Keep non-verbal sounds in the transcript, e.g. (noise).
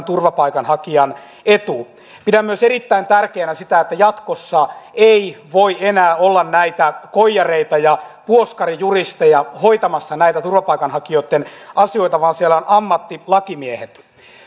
(unintelligible) turvapaikanhakijan etu pidän myös erittäin tärkeänä sitä että jatkossa ei voi enää olla näitä koijareita ja puoskarijuristeja hoitamassa turvapaikanhakijoitten asioita vaan siellä on ammattilakimiehet